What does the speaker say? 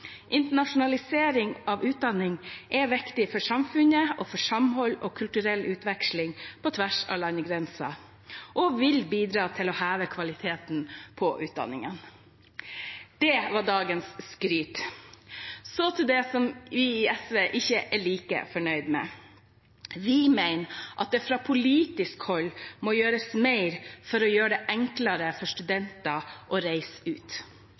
Internasjonalisering av utdanning er viktig for samfunnet og for samhold og kulturell utveksling på tvers av landegrensene, og vil bidra til å heve kvaliteten på utdanningen. Det var dagens skryt, så til det vi i SV ikke er like fornøyd med: Vi mener at det fra politisk hold må gjøres mer for å gjøre det enklere for studenter å reise ut.